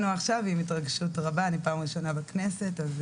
ההתרגשות רבה, אני פעם ראשונה בכנסת.